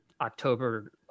October